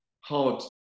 hard